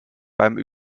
beim